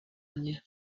mijyi